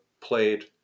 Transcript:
played